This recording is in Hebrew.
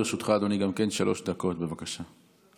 גם לרשותך, אדוני, שלוש דקות, בבקשה.